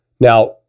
Now